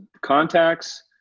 contacts